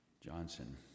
johnson